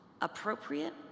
appropriate